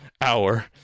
hour